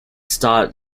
starred